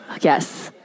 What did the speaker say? yes